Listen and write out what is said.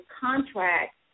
contract